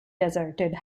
deserted